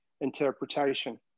interpretation